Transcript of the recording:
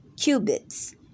cubits